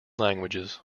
languages